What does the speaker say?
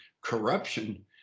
corruption